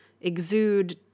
exude